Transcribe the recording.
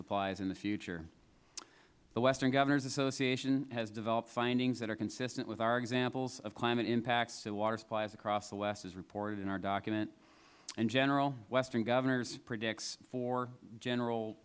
supplies in the future the western governors association has developed findings that are consistent with our examples of climate impact to water supplies across the west as reported in our document in general western governors predicts four general